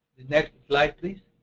next slide please.